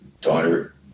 daughter